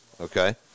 Okay